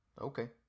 Okay